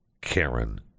Karen